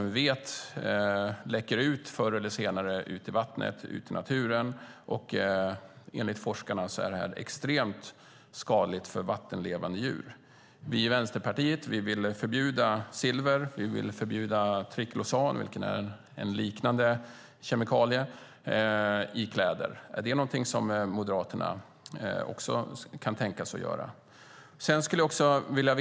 Vi vet att det förr eller senare läcker ut i vattnet och ut i naturen, och enligt forskarna är det extremt skadligt för vattenlevande djur. Vi i Vänsterpartiet vill förbjuda silver och triklosan, vilket är en liknande kemikalie, i kläder. Är det någonting som Moderaterna också kan tänka sig att göra?